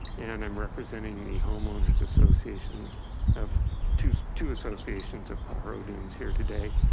and i'm representing the homeowners association of two two associations of pajaro dunes here today.